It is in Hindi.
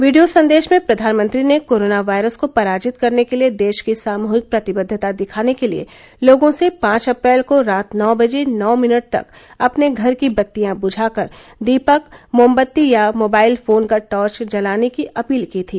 वीडियो संदेश में प्रधानमंत्री ने कोरोना वायरस को पराजित करने के लिए देश की सामूहिक प्रतिबद्वता दिखाने के लिए लोगों से पांच अप्रैल को रात नौ बजे नौ मिनट तक अपने घर की बत्तियां बुझाकर दीपक मोमबत्ती या मोबाइल फोन का टार्च जलाने की अपील की थी